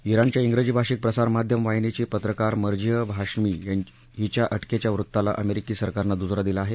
इराणच्या इंग्रजी भाषिक प्रसार माध्यम वाहिनीची पत्रकार मर्जीह हाशमी हिच्या अटकेच्या वृत्ताला अमेरिकी सरकारनं दुजोरा दिला आहे